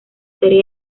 serie